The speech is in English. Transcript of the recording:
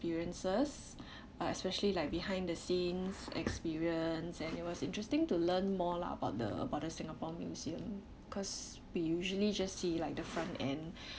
experiences uh especially like behind the scenes experience and it was interesting to learn more lah about the about the singapore museum cause we usually just see like the front end